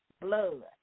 blood